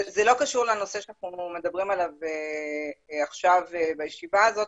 זה לא קשור לנושא שאנחנו מדברים עליו עכשיו בישיבה הזאת,